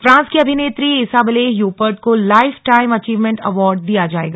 France की अभिनेत्री Isabelle Huppert को लाइफ टाइम अचीवमेंट अवार्ड दिया जाएगा